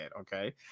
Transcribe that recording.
okay